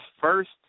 first